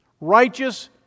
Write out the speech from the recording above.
Righteous